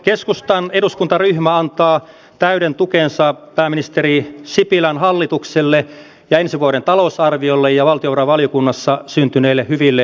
keskustan eduskuntaryhmä antaa täyden tukensa pääministeri sipilän hallitukselle ja ensi vuoden talousarviolle ja valtiovarainvaliokunnassa syntyneille hyville